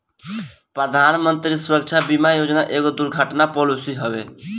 प्रधानमंत्री सुरक्षा बीमा योजना एगो दुर्घटना पॉलिसी हवे